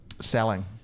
Selling